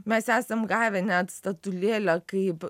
mes esam gavę net statulėlę kaip